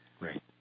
Right